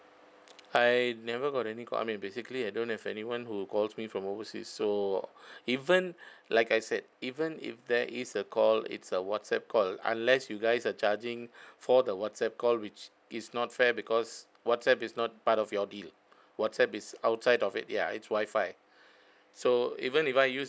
I never got any call I mean basically I don't have anyone who calls me from overseas so even like I said even if there is a call it's a whatsapp call unless you guys are charging for the whatsapp call which is not fair because whatsapp is not part of your deal whatsapp is outside of it ya it's wi-fi so even if I use